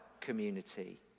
community